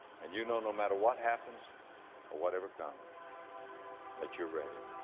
and you know no matter what happens or whatever comes that you're ready